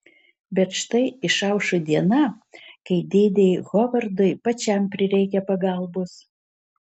bet štai išaušo diena kai dėdei hovardui pačiam prireikia pagalbos